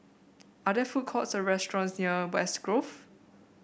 are there food courts or restaurants near West Grove